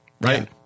Right